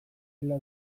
dela